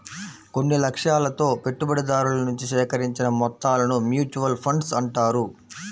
కొన్ని లక్ష్యాలతో పెట్టుబడిదారుల నుంచి సేకరించిన మొత్తాలను మ్యూచువల్ ఫండ్స్ అంటారు